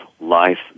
life